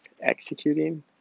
executing